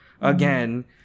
again